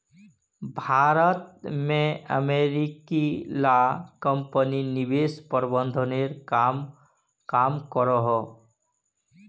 भारत में अमेरिकी ला कम्पनी निवेश प्रबंधनेर काम करोह